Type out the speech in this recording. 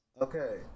Okay